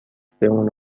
بمونه